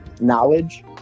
knowledge